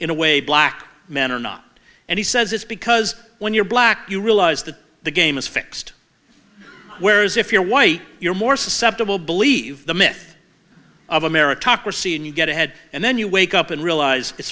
in a way black men are not and he says it's because when you're black you realize that the game is fixed whereas if you're white you're more susceptible believe the myth of a meritocracy and you get ahead and then you wake up and realize it's